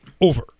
Over